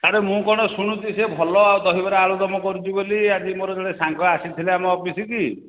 ଆରେ ମୁଁ କ'ଣ ଶୁଣୁଛି ସେ ଭଲ ଦହିବରା ଆଳୁଦମ କରୁଛି ବୋଲି ଆଜି ମୋର ଜଣେ ସାଙ୍ଗ ଆସିଥିଲା ଆମ ଅଫିସ୍କୁ